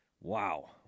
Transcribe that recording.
Wow